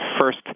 first